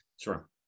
sure